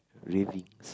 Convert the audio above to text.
ravings